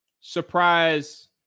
surprise